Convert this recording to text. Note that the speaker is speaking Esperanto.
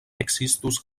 ekzistus